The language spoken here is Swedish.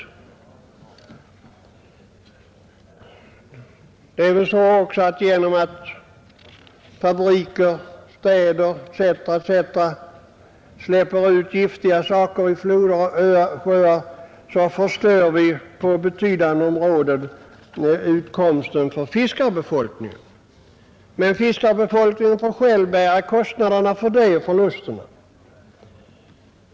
Genom att fabriker, städer etc. släpper ut giftiga saker i floder och sjöar förstör de på betydande områden utkomsten för fiskarbefolkningen. Men fiskarbefolkningen får själv bära förlusterna.